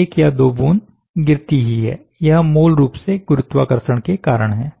एक या दो बूंद गिरती ही है यह मूल रूप से गुरुत्वाकर्षण के कारण है